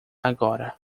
agora